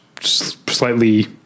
slightly